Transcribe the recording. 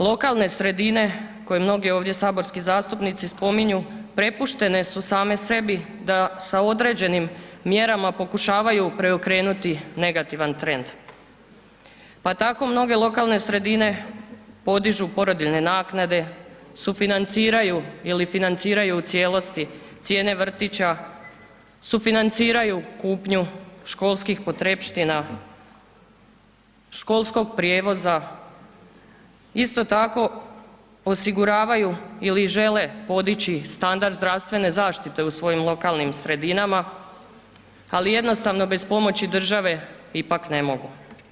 Lokalne sredine koje mnogi ovdje saborski zastupnici spominju prepuštene su same sebi da sa određenim mjerama pokušavaju preokrenuti negativni trend, pa tako mnoge lokalne sredine podižu porodiljne naknade, sufinanciraju ili financiraju u cijelosti cijene vrtića, sufinanciraju kupnju školskih potrepština, školskog prijevoza, isto tako osiguravaju ili žele podići standard zdravstvene zaštite u svojim lokalnim sredinama, ali jednostavno bez pomoći države ipak ne mogu.